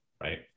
right